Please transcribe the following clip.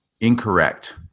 incorrect